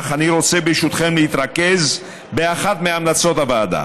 אך אני רוצה ברשותכם להתרכז באחת מהמלצות הוועדה,